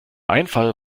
einfall